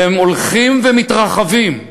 והם הולכים ומתרחבים,